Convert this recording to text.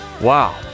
Wow